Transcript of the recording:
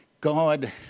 God